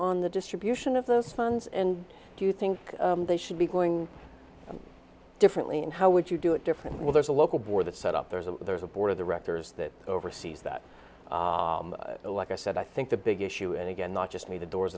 on the distribution of those funds and do you think they should be going differently and how would you do it differently there's a local board set up there's a there's a board of directors that oversees that like i said i think the big issue and again not just me the doors